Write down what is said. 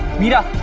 meera!